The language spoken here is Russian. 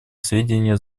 сведения